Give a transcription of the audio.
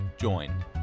join